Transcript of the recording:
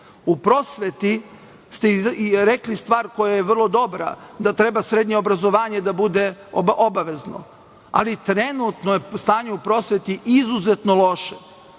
prosveti ste rekli stvar koja je vrlo dobra, da treba srednje obrazovanje da bude obavezno. Ali trenutno je stanje u prosveti izuzetno loše.